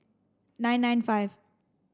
nine nine five